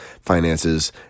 finances